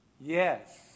Yes